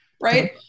Right